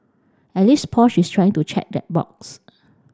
at least Porsche is trying to check that box